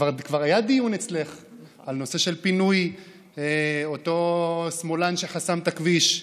כבר היה דיון אצלך על נושא הפינוי של אותו שמאלן שחסם את הכביש,